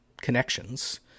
connections